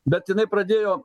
bet jinai pradėjo